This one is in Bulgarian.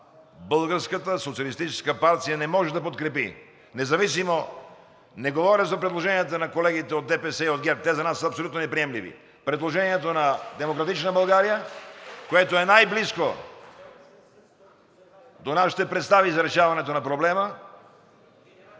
Българската социалистическа партия не може да подкрепи, независимо, не говоря за предложенията на колегите от ДПС и от ГЕРБ – те за нас са абсолютно неприемливи, предложението на „Демократична България“, което е най-близко до нашите представи за решаването на проблема